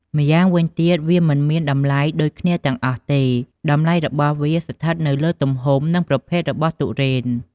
ម៉្យាងវិញទៀតវាមិនមែនមានតម្លៃដូចគ្នាទាំងអស់ទេ តម្លៃរបស់វាស្ថិតនៅលើទំហំ និងប្រភេទរបស់ទុរេន។